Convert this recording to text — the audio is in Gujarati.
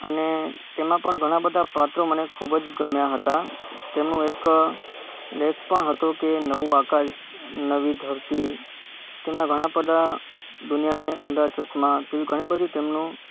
અને તેમાં પણ ઘણાં બધા પાત્રો મને ખૂબ જ ગમ્યા હતા તેમનો એક લેખ પણ હતો કે નવું આકાશ નવી ધરતી તેમના ઘણાં બધા દુનિયાને ઉંધા ચશ્મા તેવી ઘણી બધી તેમનું